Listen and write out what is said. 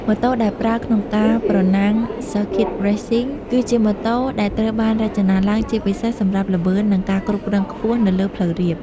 ម៉ូតូដែលប្រើក្នុងការប្រណាំង ស៊ើរឃីត រេសស៊ីង (Circuit Racing) គឺជាម៉ូតូដែលត្រូវបានរចនាឡើងជាពិសេសសម្រាប់ល្បឿន និងការគ្រប់គ្រងខ្ពស់នៅលើផ្លូវរាប។